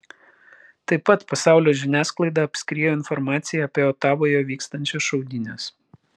tai pat pasaulio žiniasklaidą apskriejo informacija apie otavoje vykstančias šaudynes